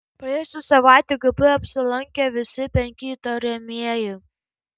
praėjusią savaitę gp apsilankė visi penki įtariamieji